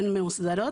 והן מאוסדרות.